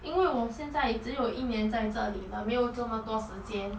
因为我现在只有一年在这里了没有这么多时间